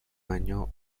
año